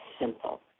simple